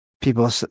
people